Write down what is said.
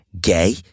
gay